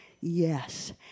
yes